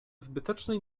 zbytecznej